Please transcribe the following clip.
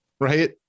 right